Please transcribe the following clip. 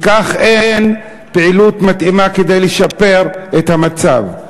וכך אין פעילות מתאימה כדי לשפר את המצב.